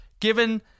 given